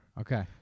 Okay